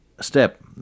step